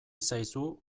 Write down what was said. zaizu